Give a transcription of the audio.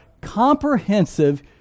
comprehensive